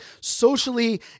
socially